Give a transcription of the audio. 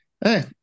Hey